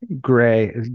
Gray